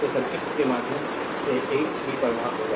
तो सर्किट के माध्यम से एक ही प्रवाह होगा